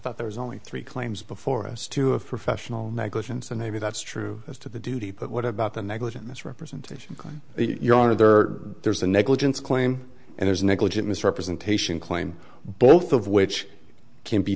thought there's only three claims before us to a professional negligence and maybe that's true as to the duty but what about the negligent misrepresentation on your honor there there's a negligence claim and there's negligent misrepresentation claim both of which can be